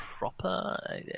proper